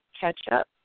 catch-up